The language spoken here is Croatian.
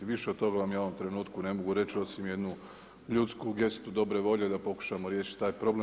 Više od toga vam ja u ovom trenutku ne mogu reći osim jednu ljudsku gestu dobre volje, da pokušamo riješiti taj problem.